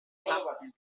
classe